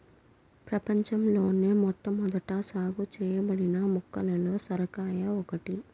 ప్రపంచంలోని మొట్టమొదట సాగు చేయబడిన మొక్కలలో సొరకాయ ఒకటి